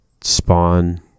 spawn